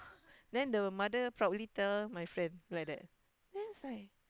then the mother proudly tell my friend like that then I was like